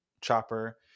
Chopper